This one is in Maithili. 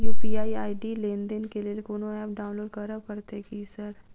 यु.पी.आई आई.डी लेनदेन केँ लेल कोनो ऐप डाउनलोड करऽ पड़तय की सर?